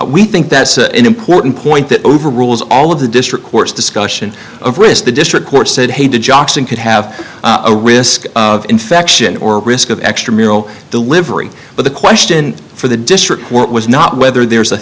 we think that's an important point that overrules all of the district courts discussion of risk the district court said hey did jackson could have a risk of infection or risk of extramural delivery but the question for the district court was not whether there's a